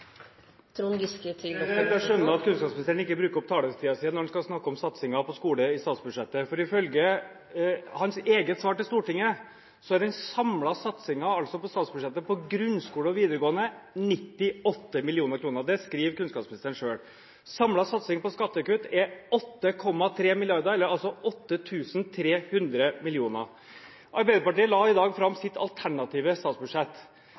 Jeg skjønner at kunnskapsministeren ikke bruker opp taletiden sin når han skal snakke om satsingen på skole i statsbudsjettet, for ifølge hans eget svar til Stortinget er den samlede satsingen i statsbudsjettet på grunnskole og videregående 98 mill. kr. Det skriver kunnskapsministeren selv. Samlet satsing på skattekutt er 8,3 mrd. kr, eller altså 8 300 mill. kr. Arbeiderpartiet la i dag fram sitt alternative statsbudsjett.